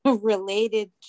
related